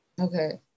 Okay